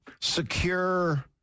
secure